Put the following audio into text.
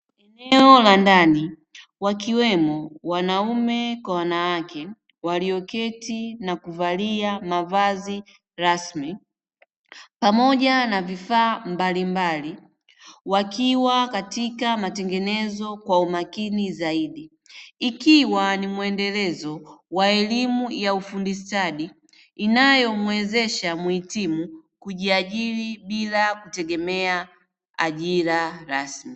Eneo la ndani wakiwemo wanaume kwa wanawake walioketi na kuvalia mavazi rasmi, pamoja na vifaa mbalimbali wakiwa katika matengenezo kwa umakini zaidi ikiwa ni mwendelezo wa elimu ya ufundi stadi inayomwezesha mwitimu kujiajiri bila kutegemea ajira rasmi.